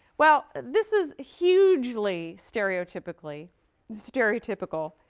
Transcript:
well, this is hugely stereotypical stereotypical,